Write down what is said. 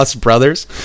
brothers